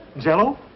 jello